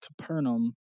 Capernaum